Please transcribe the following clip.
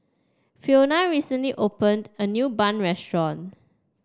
Fiona recently opened a new Bun restaurant